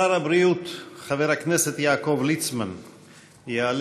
שר הבריאות חבר הכנסת יעקב ליצמן יעלה,